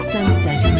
Sunset